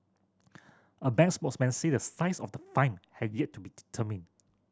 a bank spokesman say the size of the fine had yet to be determined